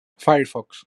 firefox